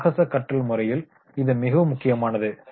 சாகச கற்றல் முறையில் இது மிக முக்கியமானது